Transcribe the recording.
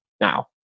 now